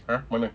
!huh! mana